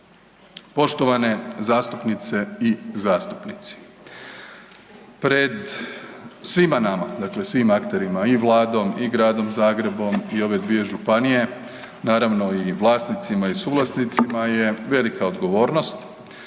Poštovane zastupnice i zastupnici. Pred svima nama, dakle svim akterima, i Vladom i Gradom Zagrebom i ove dvije županije, naravno i vlasnicima i suvlasnicima, je velika odgovornost